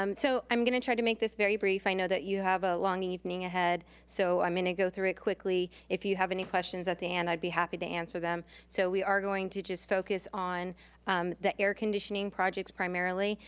um so i'm gonna try to make this very brief. i know that you have a long evening ahead, so i'm gonna go through it quickly. if you have any questions at the end, i'd be happy to answer them. so we are going to just focus on the air conditioning projects, primarily,